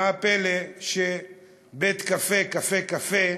מה הפלא שבית-קפה "קפה קפה"